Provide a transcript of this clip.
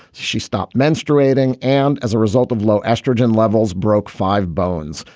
she stopped menstruating and as a result of low estrogen levels broke five bones.